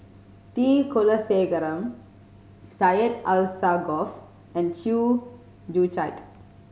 T Kulasekaram Syed Alsagoff and Chew Joo Chiat